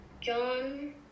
john